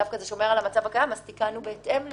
שומר על המצב הקיים תיקנו בהתאם לזה.